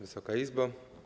Wysoka Izbo!